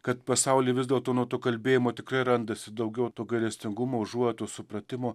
kad pasauly vis dėlto nuo to kalbėjimo tikrai randasi daugiau gailestingumo užuojautos supratimo